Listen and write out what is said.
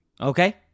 Okay